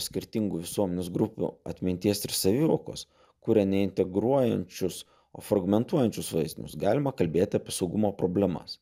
skirtingų visuomenės grupių atminties ir savivokos kuria ne integruojančius o fragmentuojančius vaizdinius galima kalbėti apie saugumo problemas